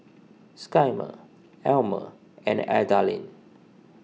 Skyler Almer and Adalynn